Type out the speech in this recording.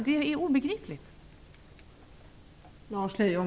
Det är ett obegripligt val!